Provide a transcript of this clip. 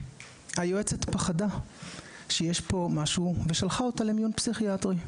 היועצת פחדה שיש פה משהו ושלחה אותה למיון פסיכיאטרי,